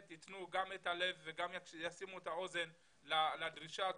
ייתן גם את הלב וגם ישימו את האוזן לדרישה הזאת.